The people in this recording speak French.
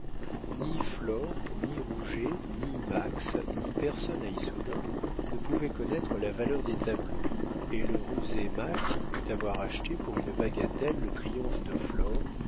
ni flore ni rouget ni max ni personne à issoudun ne pouvait connaître la valeur des tableaux et le rusé max crut avoir acheté pour une bagatelle le triomphe de